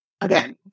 again